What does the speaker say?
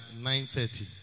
9.30